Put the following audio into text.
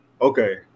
Okay